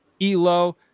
Elo